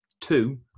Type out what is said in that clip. two